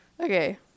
okay